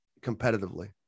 competitively